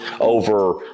over